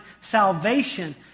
salvation